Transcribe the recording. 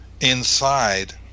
inside